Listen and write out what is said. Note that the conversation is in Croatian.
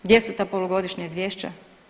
Gdje su ta polugodišnja izvješća?